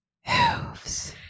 Hooves